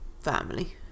family